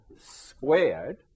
squared